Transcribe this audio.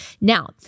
Now